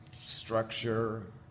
structure